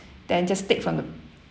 then just take from the